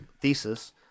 thesis